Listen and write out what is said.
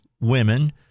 women